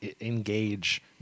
engage